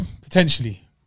Potentially